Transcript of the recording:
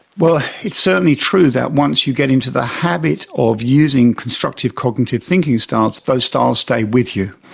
well, it's certainly true that once you get into the habit of using constructive cognitive thinking styles, those styles stay with you.